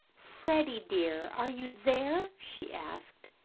freddie dear, are you there? she asked.